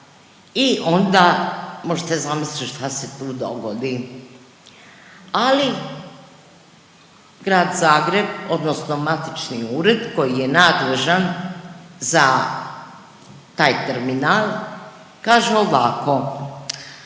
I onda možete zamisliti šta se tu dogodi. Ali, Grad Zagreb, odnosno matični ured koji je nadležan za taj terminal kaže ovako,